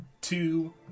two